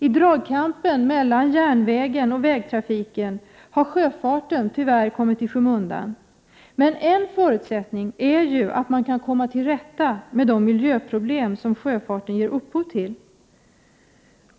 I dragkampen mellan järnvägar och vägar 47 har sjöfarten tyvärr kommit i skymundan. En förutsättning är att man kan komma till rätta med de miljöproblem som sjöfarten ger upphov till.